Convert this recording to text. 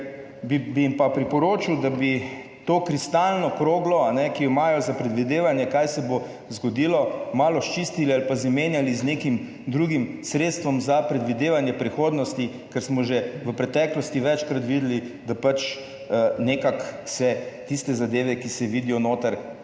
bi jim pa priporočil, da bi to kristalno kroglo, ki jo imajo za predvidevanje, kaj se bo zgodilo, malo sčistili ali pa zamenjali z nekim drugim sredstvom za predvidevanje prihodnosti, ker smo že v preteklosti večkrat videli, da pač nekako se tiste zadeve, ki se vidijo noter,